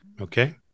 Okay